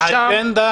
האג'נדה?